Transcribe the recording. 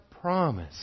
promise